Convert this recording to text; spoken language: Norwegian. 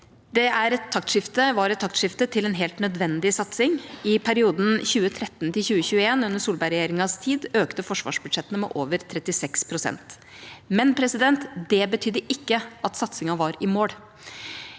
Det var et taktskifte til en helt nødvendig satsing. I perioden 2013–2021 under Solberg-regjeringas tid økte forsvarsbudsjettene med over 36 pst., men det betydde ikke at satsingen var i mål.